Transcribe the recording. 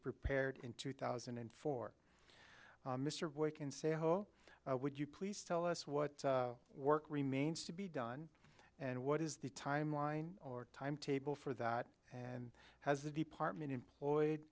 prepared in two thousand and four mr boykin say would you please tell us what work remains to be done and what is the timeline or timetable for that and has the department employed